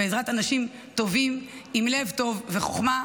בעזרת אנשים טובים עם לב טוב וחוכמה,